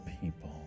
people